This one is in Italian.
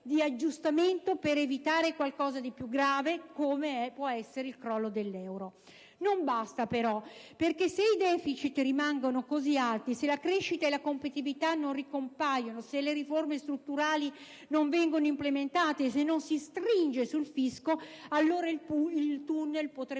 di aggiustamento per evitare qualcosa di più grave, come può essere il crollo dell'euro. Non basta, però, perché se i deficit rimangono così alti, se la crescita e la competitività non ricompaiono, se le riforme strutturali non vengono implementate, se non si stringe sul fisco, allora il tunnel potrebbe